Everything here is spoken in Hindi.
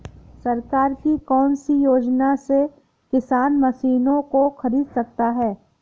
सरकार की कौन सी योजना से किसान मशीनों को खरीद सकता है?